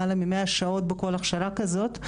למעלה מ-100 שעות בכל הכשרה כזאת,